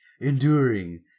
enduring